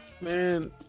Man